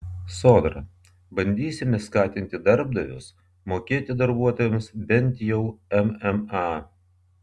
sodra bandysime skatinti darbdavius mokėti darbuotojams bent jau mma